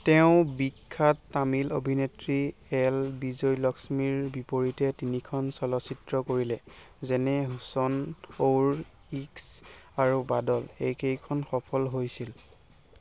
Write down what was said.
তেওঁ বিখ্যাত তামিল অভিনেত্ৰী এল বিজয়লকচমীৰ বিপৰীতে তিনিখন চলচ্চিত্ৰ কৰিলে যেনে হুছন অউৰ ইশ্ক আৰু বাদল এইকেইখন সফল হৈছিল